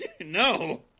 No